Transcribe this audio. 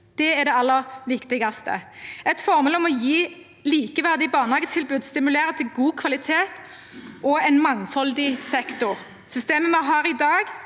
Det er det aller viktigste. Et formål om å gi et likeverdig barnehagetilbud stimulerer til god kvalitet og en mangfoldig sektor. Systemet vi har i dag,